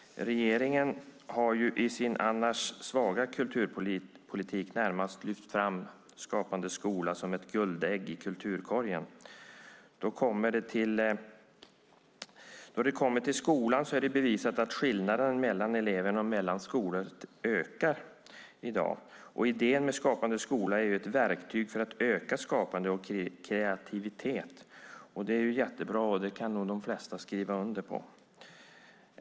Regeringen har i sin annars svaga kulturpolitik närmast lyft fram Skapande skola som ett guldägg i kulturkorgen. Då det kommer till skolan är det bevisat att skillnaderna mellan elever och mellan skolor i dag ökar. Idén med Skapande skola är att det ska vara ett verktyg för att öka skapande och kreativitet. Det är jättebra. Det kan nog de flesta skriva under på.